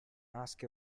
ask